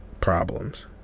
problems